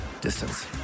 distance